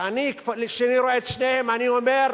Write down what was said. כשאני רואה את שניהם אני אומר: